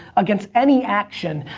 against any action,